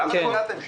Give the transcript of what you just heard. למה נגעתם שם?